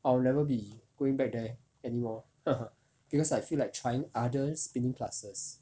I will never be going back there anymore because I feel like trying other spinning classes